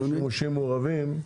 אתה אומר שימושים מעורבים,